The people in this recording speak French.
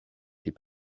les